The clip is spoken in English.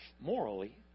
morally